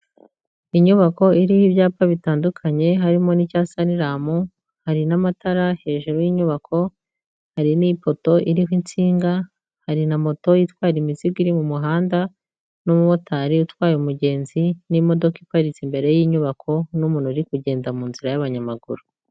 Inyubako iriho ibyapa bitandukanye harimo n'icya Sanilamu, hari n'amatara hejuru y'inyubako, hari n'ipoto iriho insinga, hari na moto itwara imizigo iri mu muhanda n'umumotari utwaye umugenzi n'imodoka iparitse imbere y'inyubako n'umuntu uri kugenda mu nzira y'abanyamaguru.